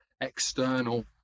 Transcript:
external